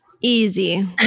Easy